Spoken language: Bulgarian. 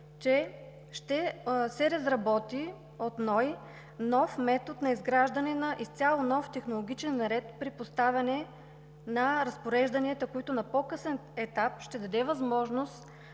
ще разработи нов метод за изграждане на изцяло нов технологичен ред при поставяне на разпорежданията, който на по-късен етап ще даде възможност